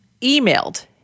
emailed